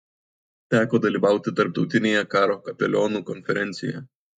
teko dalyvauti tarptautinėje karo kapelionų konferencijoje